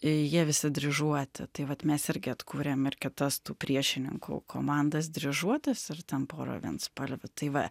jie visi dryžuoti tai vat mes irgi atkūrėm ir kitas tų priešininkų komandas dryžuotas ir ten porą vienspalvių tai va